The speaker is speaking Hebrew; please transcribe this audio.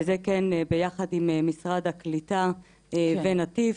וזה כן ביחד עם משרד הקליטה ונתיב,